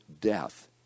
death